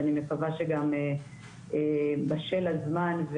אני מקווה שגם בשל הזמן,